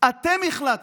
אתם החלטתם,